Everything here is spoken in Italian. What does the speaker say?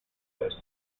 est